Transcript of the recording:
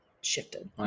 shifted